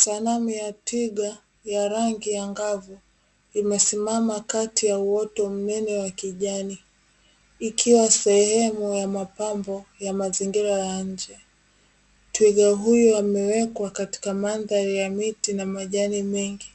Sanamu ya twiga ya rangi angavu, limesimama kati ya uoto mnene wa kijani ikiwa sehemu ya mapambo ya mazingira ya nje. Twiga huyo amewekwa katika mandhari ya miti na majani mengi,